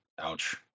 ouch